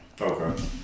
Okay